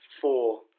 four